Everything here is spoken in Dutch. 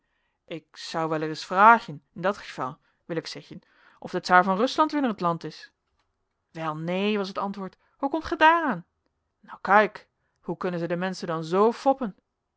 ik zou wel ereis vragen in dat geval wil ik zeggen of de czaar van rusland weer in het land is wel neen was het antwoord hoe komt gij daar aan nou kaik hoe kunnen zij de menschen dan zoo foppen